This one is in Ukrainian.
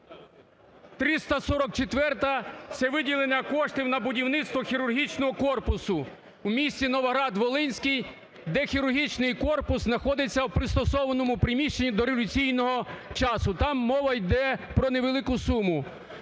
344, це виділення коштів на будівництво хірургічного корпусу в місті Новоград-Волинський, де хірургічний корпус находиться у пристосованому приміщенні дореволюційного часу. Там мова йде про невелику суму: